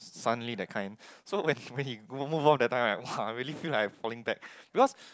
suddenly that kind so when when he move off that time right wa I really feel like I'm falling back because